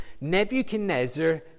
Nebuchadnezzar